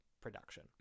production